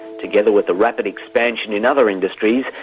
together with the rapid expansion in other industries,